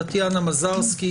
טטיאנה מזרסקי,